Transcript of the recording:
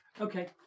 Okay